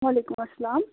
وعلیکم اَسَلام